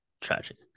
tragic